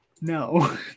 No